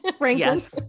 Yes